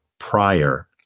prior